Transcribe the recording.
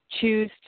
choose